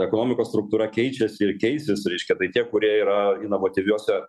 ekonomikos struktūra keičiasi ir keisis reiškia tai tie kurie yra inovatyviose